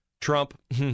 trump